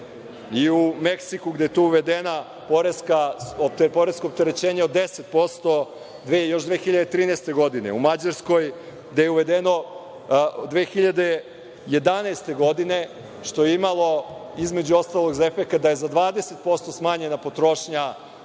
i u Meksiku gde je tu uvedeno poresko opterećenje od 10% još 2013. godine, u Mađarskoj gde je uvedeno 2011. godine, što je imalo, između ostalog, za efekat da je za 20% smanjena potrošnja